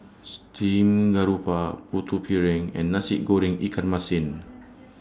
Steamed Garoupa Putu Piring and Nasi Goreng Ikan Masin